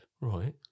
Right